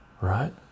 right